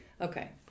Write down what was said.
Okay